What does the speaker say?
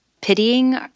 pitying